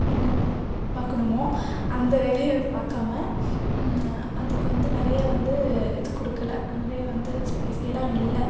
என்ன வேலை பார்க்கணுமோ அந்த வேலையை பார்க்காம அதுக்கு வந்து நிறைய வந்து இது கொடுக்கல நிறைய வந்து ஸ்பேஸ் இடம் இல்லை